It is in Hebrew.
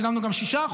שילמנו גם 6%,